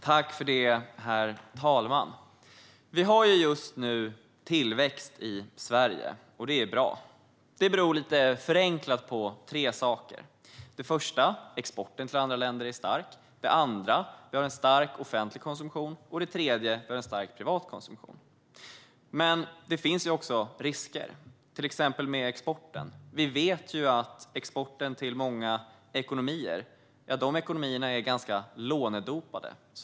Herr talman! Vi har just nu tillväxt i Sverige, och det är bra. Det beror, lite förenklat, på tre saker. Det första är att exporten till andra länder är stark, det andra är att vi har en stark offentlig konsumtion och det tredje är att vi har en stark privat konsumtion. Men det finns också risker, till exempel med exporten. Vi vet när det gäller exporten till många ekonomier att dessa ekonomier är ganska lånedopade.